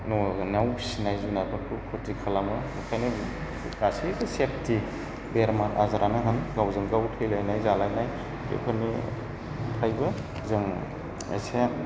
न'आव फिसिनाय जुनारफोरखौ खथि खालामो ओंखायनो गासैबो सेफथि बेमारा आजारानो होन गावजों गाव थैलायनाय जालायनाय बेफोरनि थाखायबो जों एसे